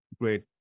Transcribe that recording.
great